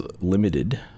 Limited